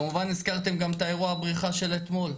כמובן הזכרתם גם את אירוע הבריחה של אתמול,